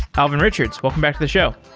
alvin richards, welcome back to the show